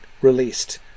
released